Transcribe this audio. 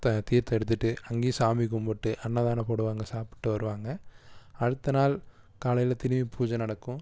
இப்போ தீர்த்தம் எடுத்துகிட்டு அங்கேயும் சாமி கும்பிட்டு அன்னதானம் போடுவாங்க சாப்பிட்டு வருவாங்க அடுத்த நாள் காலையில் திரும்பி பூஜை நடக்கும்